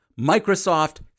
Microsoft